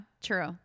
True